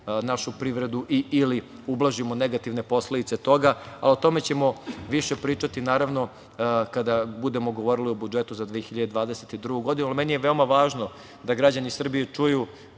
našu privredu ili ublažimo negativne posledice toga, a o tome ćemo više pričati kada budemo govorili o budžetu za 2022. godinu. Meni je veoma važno da građani Srbije čuju